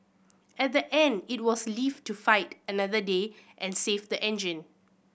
at the end it was live to fight another day and save the engine